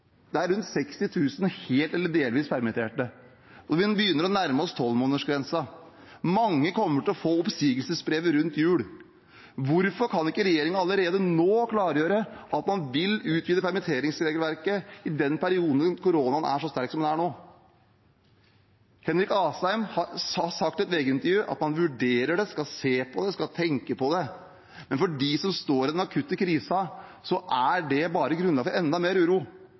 Det er rundt 60 000 helt eller delvis permitterte, og vi begynner å nærme oss tolvmånedersgrensen. Mange kommer til å få oppsigelsesbrevet rundt jul. Hvorfor kan ikke regjeringen allerede nå klargjøre at man vil utvide permitteringsregelverket i den perioden koronaen er så sterk som den er nå? Henrik Asheim har sagt i et VG-intervju at man vurderer det, skal se på det, skal tenke på det. Men for dem som står i den akutte krisen, er det bare grunnlag for enda mer uro.